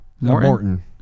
Morton